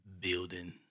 building